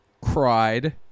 Cried